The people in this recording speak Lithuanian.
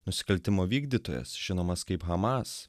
nusikaltimo vykdytojas žinomas kaip hamas